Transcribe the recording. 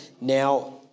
Now